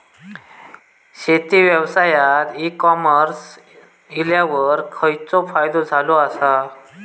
शेती व्यवसायात e commerce इल्यावर खयचो फायदो झालो आसा?